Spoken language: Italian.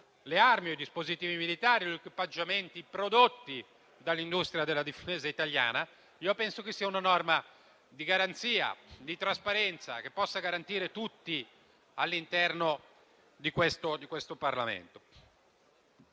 le armi, i dispositivi militari o gli equipaggiamenti prodotti dall'industria della difesa italiana. Penso che sia una norma di garanzia e trasparenza, che garantisca tutti all'interno di questo Parlamento.